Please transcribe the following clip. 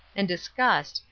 and discussed,